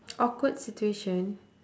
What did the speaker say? awkward situation